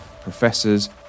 professors